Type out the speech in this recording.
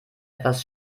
etwas